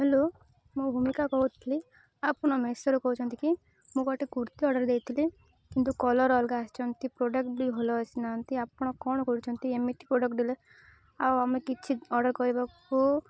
hello ମୁଁ ଭୂମିକା କହୁଥିଲି ଆପଣ ମେଶୋରୁ କହୁଛନ୍ତି କି ମୁଁ ଗୋଟେ କୁର୍ତ୍ତୀ ଅର୍ଡ଼ର ଦେଇଥିଲି କିନ୍ତୁ କଲର୍ ଅଲଗା ଆସଛନ୍ତି ପ୍ରଡକ୍ଟ ବି ଭଲ ଆସିନାହାନ୍ତି ଆପଣ କଣ କରୁଛନ୍ତି ଏମିତି ପ୍ରଡ଼କ୍ଟ ଦେଲେ ଆଉ ଆମେ କିଛି ଅର୍ଡ଼ର କରିବାକୁ